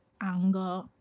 anger